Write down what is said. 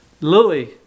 Louis